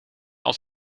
als